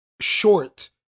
short